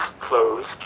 closed